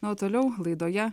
na o toliau laidoje